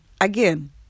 again